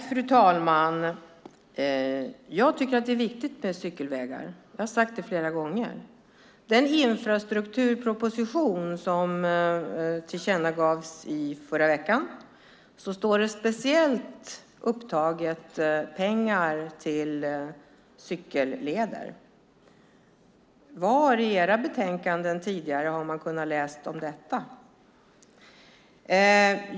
Fru talman! Jag tycker att det är viktigt med cykelvägar, vilket jag sagt flera gånger. I den infrastrukturproposition som tillkännagavs förra veckan står speciellt upptaget pengar för cykelleder. Var i den tidigare majoritetens betänkanden har man kunnat läsa om detta?